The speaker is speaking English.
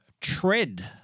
Tread